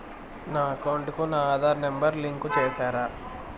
నా అకౌంట్ కు నా ఆధార్ నెంబర్ లింకు చేసారా